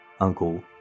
uncle